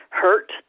hurt